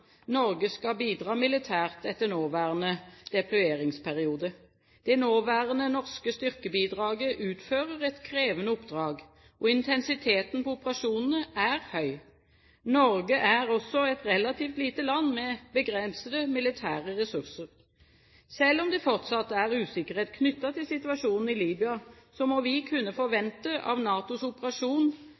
Norge skal bidra militært etter nåværende deployeringsperiode. Det nåværende norske styrkebidraget utfører et krevende oppdrag, og intensiteten på operasjonene er høy. Norge er et relativt lite land, med begrensede militære ressurser. Selv om det fortsatt er usikkerhet knyttet til situasjonen i Libya, må vi kunne forvente at NATOs operasjon